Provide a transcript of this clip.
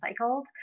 recycled